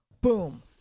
Boom